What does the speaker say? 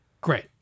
Great